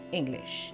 English